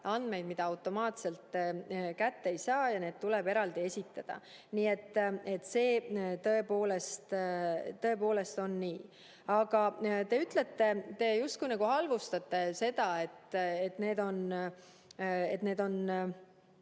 andmeid, mida automaatselt kätte ei saa, ja need tuleb eraldi esitada. Nii see tõepoolest on. Aga te ütlete, te justkui nagu halvustate seda, et ma toon